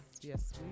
Yes